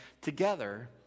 together